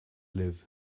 live